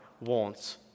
wants